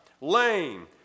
lame